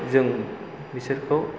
जों बिसोरखौ